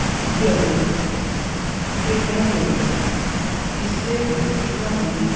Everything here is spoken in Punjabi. ਜਦੋਂ ਖੇਡਣ ਲਈ ਕਿਸੇ ਵੀ ਕਿਸਮ ਦੀ